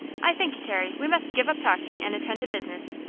i think, carrie, we must give up talking and attend to business.